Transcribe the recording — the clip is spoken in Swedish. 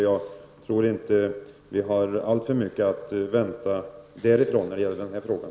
Jag tror inte att vi har alltför mycket att vänta oss därifrån i den frågan.